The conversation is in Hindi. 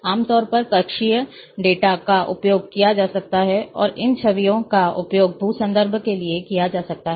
आमतौर पर कक्षीय डेटा का उपयोग किया जा सकता है और इन छवियों का उपयोग भू संदर्भ के लिए किया जा सकता है